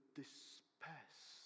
disperse